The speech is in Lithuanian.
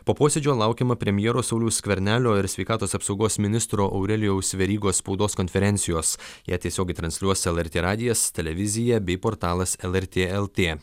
po posėdžio laukiama premjero sauliaus skvernelio ir sveikatos apsaugos ministro aurelijaus verygos spaudos konferencijos ją tiesiogiai transliuos lrt radijas televizija bei portalas lrt lt